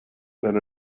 that